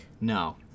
No